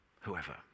whoever